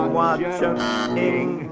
watching